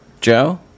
Joe